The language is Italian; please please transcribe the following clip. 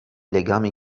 legami